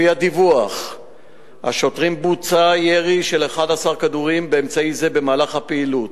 לפי דיווח השוטרים בוצע ירי של 11 כדורים באמצעי זה במהלך הפעילות.